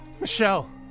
Michelle